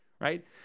right